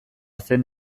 zen